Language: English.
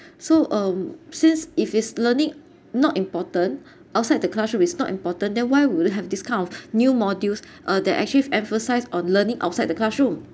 so um since if it's learning not important outside the classroom is not important then why would we have this kind of new modules uh they actually emphasise on learning outside the classroom